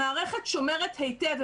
המערכת שומרת היטב,